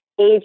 age